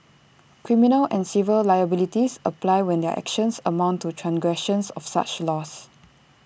criminal and civil liabilities apply when their actions amount to transgressions of such laws